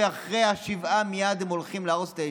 ומייד אחרי השבעה הם הולכים להרוס את היישוב.